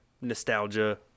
nostalgia